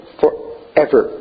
forever